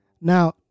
Now